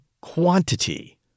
quantity